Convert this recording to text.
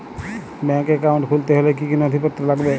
Bank account খুলতে হলে কি কি নথিপত্র লাগবে?